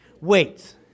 wait